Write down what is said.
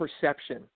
perception